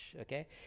okay